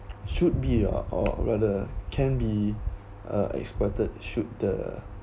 should be or rather can be uh exploited should the